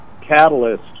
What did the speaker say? catalyst